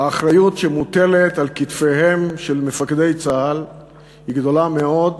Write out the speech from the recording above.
האחריות שמוטלת על כתפיהם של מפקדי צה"ל גדולה מאוד